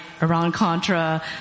Iran-Contra